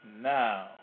now